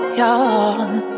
young